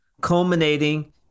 culminating